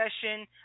session